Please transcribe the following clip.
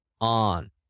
on